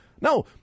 No